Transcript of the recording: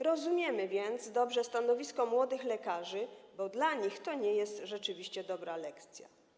Rozumiemy więc dobrze stanowisko młodych lekarzy, bo dla nich to nie jest rzeczywiście dobra lekcja.